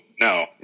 no